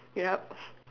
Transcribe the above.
yup